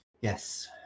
Yes